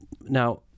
Now